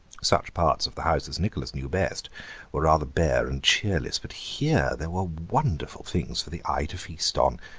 such parts of the house as nicholas knew best were rather bare and cheerless, but here there were wonderful things for the eye to feast on.